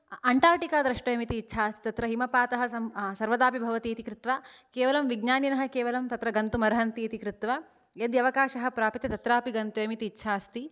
अण्टार्क्टिका द्रष्टव्यम् इति इच्छा अस्ति तत्र हिमपातः सर्वदा अपि भवति इति कृत्वा केवलं विज्ञानिनः केवलं तत्र गन्तुम् अर्हन्ति इति कृत्वा यदि अवकाशः प्राप्यते तत्रापि गन्तव्यम् इति इच्छा अस्ति